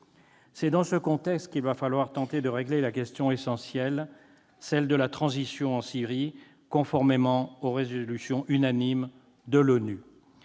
C'est dans ce contexte qu'il va falloir tenter de régler la question essentielle, celle de la transition en Syrie, conformément aux résolutions unanimes de l'ONU.